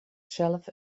zelf